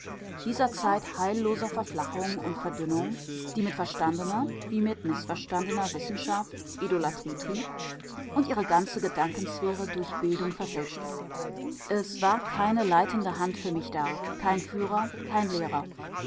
dieser zeit heilloser verflachung und verdünnung die mit verstandener wie mit mißverstandener wissenschaft idolatrie trieb und ihre ganze gedankensphäre durch bildung verfälschte es war keine leitende hand für mich da kein führer kein lehrer